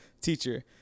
Teacher